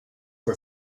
for